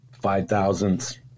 five-thousandths